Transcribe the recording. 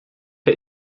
per